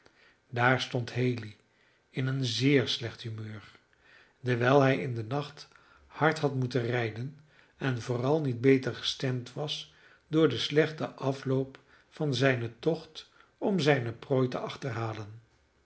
daar stond haley in een zeer slecht humeur dewijl hij in den nacht hard had moeten rijden en vooral niet beter gestemd was door den slechten afloop van zijnen tocht om zijne prooi te achterhalen